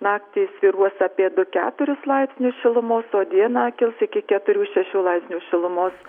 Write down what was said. naktį svyruos apie du keturis laipsnius šilumos o dieną kils iki keturių šešių laipsnių šilumos